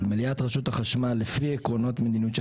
אבל מליאת רשות החשמל לפי עקרונות המדיניות של